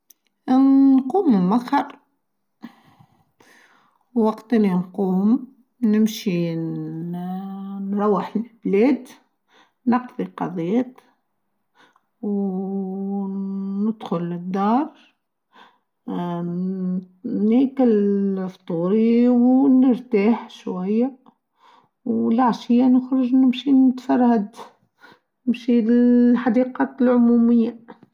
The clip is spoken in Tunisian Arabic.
اا نقوم موخر وقت تانيه نقوم نمشي نروح البلاد نقدي القديد و ندخل الدار ناكل فطوري و نرتاح شويه و العاشيه نخرج نمشي نتفرهد نمشي في الحديقه العموميه.